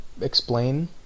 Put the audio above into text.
explain